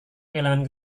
kehilangan